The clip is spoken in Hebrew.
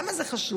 למה זה חשוב?